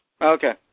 Okay